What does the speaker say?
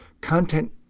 content